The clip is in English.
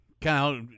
Kyle